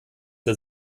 der